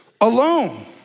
alone